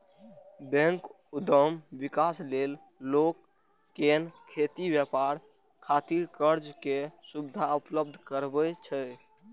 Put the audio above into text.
bank उद्यम विकास लेल लोक कें खेती, व्यापार खातिर कर्ज के सुविधा उपलब्ध करबै छै